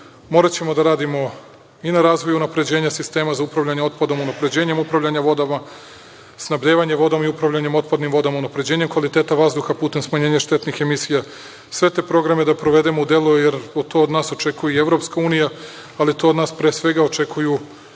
moraćemo da radimo i na razvoju unapređenja sistema za upravljanje otpadom, unapređenja upravljanja vodama, snabdevanje vodom i upravljanje otpadnim vodama, unapređenja kvaliteta vazduha putem smanjenja štetnih emisija. Sve te programe da provedemo u delo, jer to od nas očekuje i EU, ali to od nas pre svega očekuju